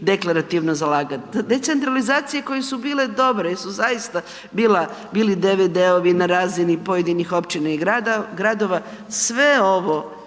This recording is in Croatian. deklarativno zalagati. Decentralizacije koje su bile su dobre zaista jer su bili DVD-ovi na razini pojedinih općina i gradova, sve ovo